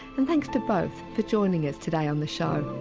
and thanks to both for joining us to day on the show.